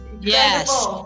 Yes